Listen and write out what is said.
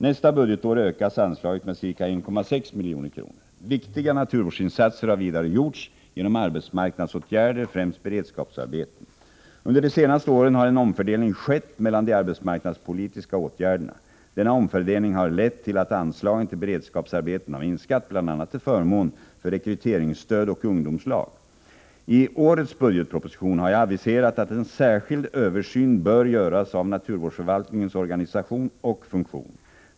Nästa budgetår ökas anslaget med ca 1,6 milj.kr. Viktiga naturvårdsinsatser har vidare gjorts genom arbetsmarknadsåtgärder, främst beredskapsarbeten. Under de senaste åren har en omfördelning skett mellan de arbetsmarknadspolitiska åtgärderna. Denna omfördelning har lett till att anslagen till beredskapsarbeten har minskat, bl.a. till förmån för rekryteringsstöd och ungdomslag. T årets budgetproposition har jag aviserat att en särskild översyn bör göras av naturvårdsförvaltningens organisation och funktion.